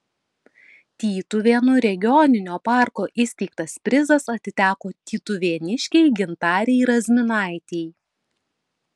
tytuvėnų regioninio parko įsteigtas prizas atiteko tytuvėniškei gintarei razminaitei